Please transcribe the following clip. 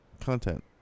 content